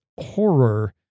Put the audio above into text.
horror